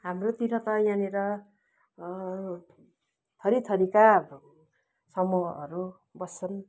हाम्रोतिर त यहाँनिर थरीथरीका समूहहरू बस्छन्